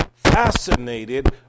fascinated